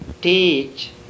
teach